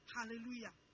Hallelujah